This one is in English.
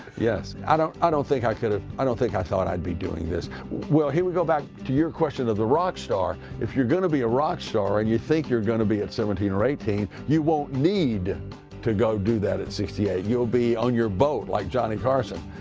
yes. i don't i don't think i could've, i don't think i thought i'd be doing this. well here we go back to your question of the rock star, if you're gonna be a rock star and you think you're gonna be at seventeen or eighteen, you won't need to go do that at sixty eight. you'll be on your boat like johnny carson.